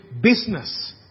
business